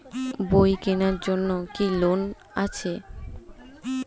বই কেনার জন্য কি কোন লোন আছে?